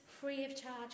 free-of-charge